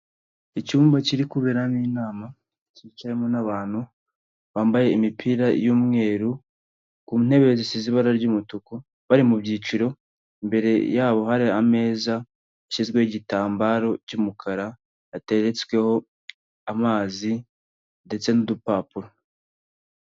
Icyumba kiri kuberamo inama cyicayemo n'abantu bambaye imipira y'umweru, ku ntebe zisizwe ibara ry'umutuku, bari mu byiciro, imbere yabo hari ameza hashyizweho igitambaro cy'umukara, ateretsweho amazi ndetse n'udupapuro.